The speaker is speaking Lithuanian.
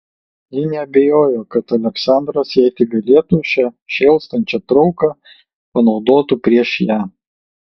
ji neabejojo kad aleksandras jei tik galėtų šią šėlstančią trauką panaudotų prieš ją